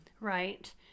Right